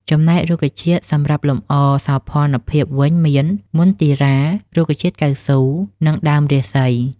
ចំណែករុក្ខជាតិសម្រាប់លម្អសោភ័ណភាពវិញមាន មន្ទីរ៉ា , រុក្ខជាតិកៅស៊ូ , និងដើមរាសី ។